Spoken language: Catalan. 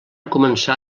començar